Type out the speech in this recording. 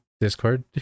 discord